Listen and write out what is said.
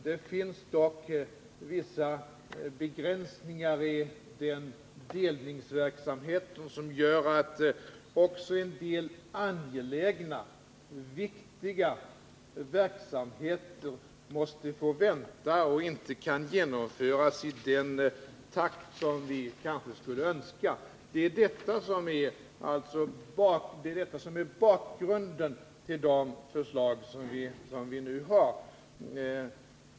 Det finns dock vissa begränsningar i den delningsverksamheten som gör att också en del angelägna och viktiga verksamheter måste få vänta och inte kan genomföras i den takt som vi kanske skulle önska. Det är detta som är bakgrunden till de förslag som vi nu har lagt fram.